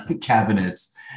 cabinets